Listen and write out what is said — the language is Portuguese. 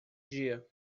dia